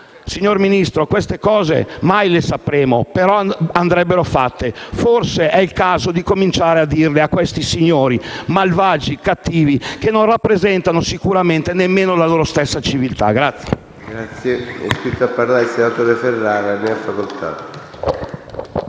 Signor Ministro, queste cose non le sapremo mai, però andrebbero fatte. Forse è il caso di cominciare a dirle a questi signori malvagi e cattivi, che sicuramente non rappresentano nemmeno la loro stessa civiltà.